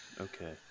Okay